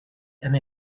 and